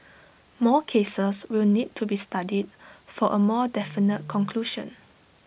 more cases will need to be studied for A more definite conclusion